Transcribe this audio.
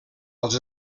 als